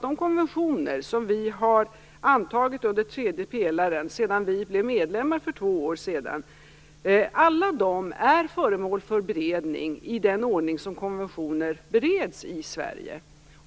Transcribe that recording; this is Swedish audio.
De konventioner som vi har antagit under tredje pelaren sedan vi blev medlemmar för två år sedan är alla föremål för beredning i den ordning som konventioner bereds i Sverige.